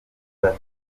bato